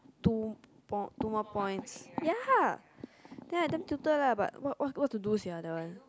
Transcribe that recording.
two more two more points ya then I damn tilted lah but what what what to do sia that one